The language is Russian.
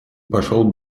пошел